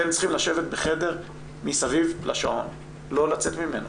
אתם צריכים לשבת בחדר מסביב לשעון ולא לצאת ממנו